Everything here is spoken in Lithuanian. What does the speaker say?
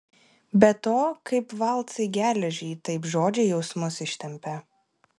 be to kaip valcai geležį taip žodžiai jausmus ištempia